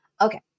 Okay